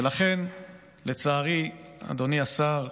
ולכן, לצערי, אדוני השר,